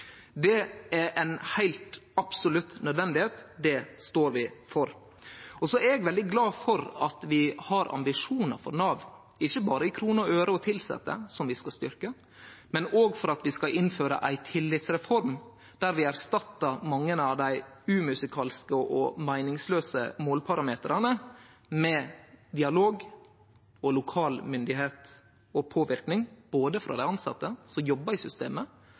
Det er ei absolutt nødvendigheit. Det står vi for. Eg er veldig glad for at vi har ambisjonar for Nav, ikkje berre i kroner og øre og tilsette, som vi skal styrkje, men òg for at vi skal innføre ei tillitsreform der vi erstattar mange av dei umusikalske og meiningslause måleparametrane med dialog og lokal myndigheit og påverknad. Det gjeld dei tilsette som jobbar i systemet,